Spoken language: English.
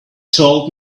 told